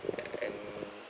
ya and